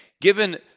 Given